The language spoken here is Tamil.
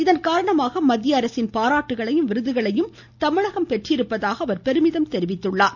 இதன் காரணமாக மத்திய அரசின் பாராட்டுகளையும் விருதுகளையும் பெற்றிருப்பதாக அவர் பெருமிதம் தெரிவித்தார்